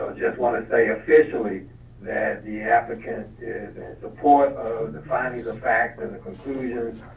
just want to say officially that the applicant is in support of the findings of fact and the conclusion.